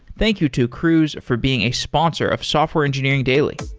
thank you to cruise for being a sponsor of software engineering daily